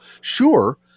Sure